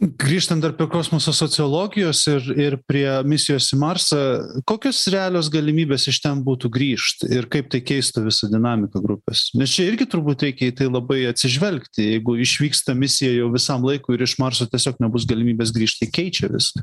grįžtant apie kosmoso sociologijos ir ir prie misijos į marsą kokios realios galimybės iš ten būtų grįžt ir kaip tai keistų visą dinamiką grupės nes čia irgi turbūt reikia į tai labai atsižvelgti jeigu išvyksta misijai jau visam laikui ir iš marso tiesiog nebus galimybės grįžti keičia viską